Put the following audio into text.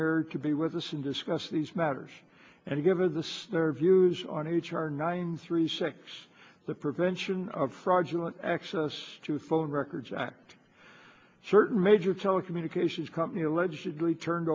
here to be with us and discuss these matters and to give the snare views on h r nine three six the prevention of fraudulent access to phone records act certain major telecommunications company allegedly turned